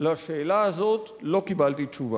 לשאלה הזאת, לא קיבלתי תשובה.